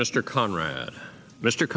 mr conrad mr